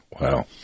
Wow